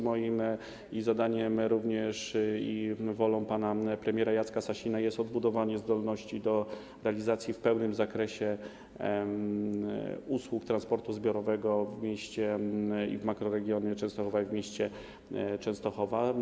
Moim zadaniem, również wolą pana premiera Jacka Sasina, jest odbudowanie zdolności do realizacji w pełnym zakresie usług transportu zbiorowego w makroregionie Częstochowa i w mieście Częstochowa.